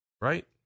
Right